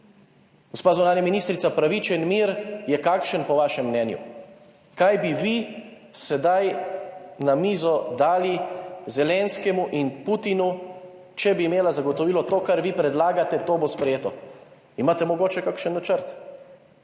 Gospa zunanja ministrica, pravičen mir je kakšen, po vašem mnenju. Kaj bi vi sedaj na mizo dali Zelenskemu in Putinu, če bi imela zagotovilo, to kar vi predlagate, to bo sprejeto. Imate mogoče kakšen načrt.